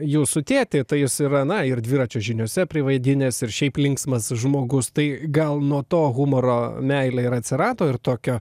jūsų tėtį tai jis yra na ir dviračio žiniose privaidinęs ir šiaip linksmas žmogus tai gal nuo to humoro meilė ir atsirado ir tokio